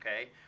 okay